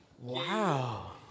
Wow